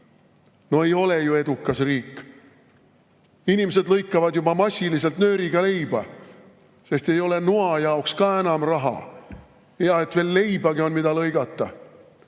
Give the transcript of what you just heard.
No ei ole ju edukas riik. Inimesed lõikavad juba massiliselt nööriga leiba, sest ei ole noa jaoks ka enam raha. Hea, et veel leibagi on, mida lõigata.